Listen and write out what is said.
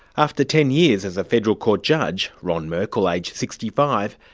after ten years as a federal court judge, ron merkel, aged sixty five,